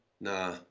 nah